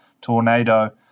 tornado